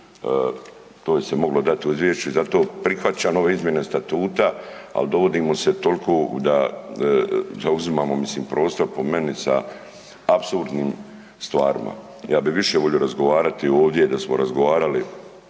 To je se moglo dati u izvješću i zato prihvaćam ove izmjene statuta, ali dovodimo se toliko da zauzimamo prostor po meni sa apsolutnim stvarima. Ja bih više volio razgovarati ovdje da smo razgovarali